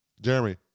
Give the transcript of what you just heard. Jeremy